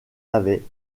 avait